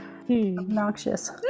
obnoxious